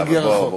יאללה, בוא נחתום.